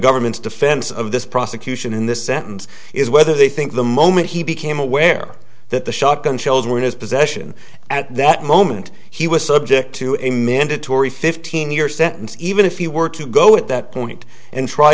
government's defense of this prosecution in this sentence is whether they think the moment he became aware that the shotgun shells were in his possession at that moment he was subject to a mandatory fifteen year sentence even if he were to go at that point and try